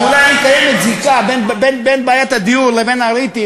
ואולי אם קיימת זיקה בין בעיית הדיור לבין הריטים,